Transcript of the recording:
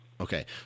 Okay